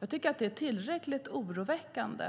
Jag tycker att det är tillräckligt oroväckande.